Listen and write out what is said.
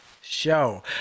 show